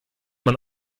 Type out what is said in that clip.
man